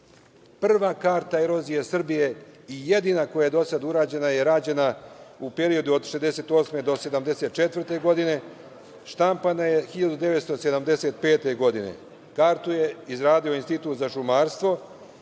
Prva karta erozije Srbije i jedina koja je dosad urađena je rađena u periodu od 1968. do 1974. godine, štampana je 1975. godine. Kartu je izradio Institut za šumarstvo,